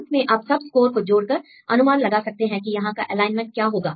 अंत में आप सब स्कोर को जोड़कर अनुमान लगा सकते हैं कि यहां का एलाइनमेंट क्या होगा